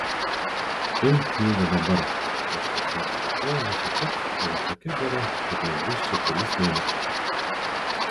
imk knygą dabar nes kas nors ją tuoj nusičiups o ji tokia gera kad negrįš čia kelis mėnesius